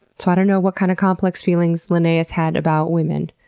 so i don't know what kind of complex feelings linnaeus had about women,